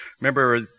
Remember